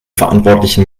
verantwortlichen